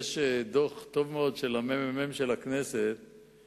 הייתי מצפה שממשלת ישראל תקבע מי מטפל בנושא הזה מתחילתו ועד סופו,